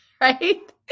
Right